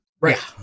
Right